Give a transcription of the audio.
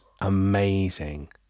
amazing